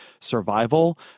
survival